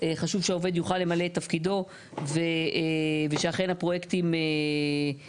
חשוב שהעובד יוכל למלא את תפקידו ושאכן הפרויקטים מקודמים,